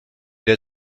der